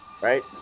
Right